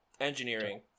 engineering